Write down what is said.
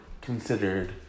considered